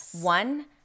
one